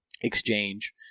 exchange